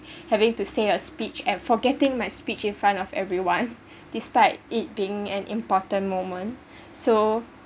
having to say a speech and forgetting my speech in front of everyone despite it being an important moment so